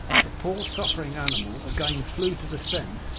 the poor suffering animal again flew to the scent,